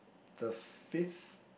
the fifth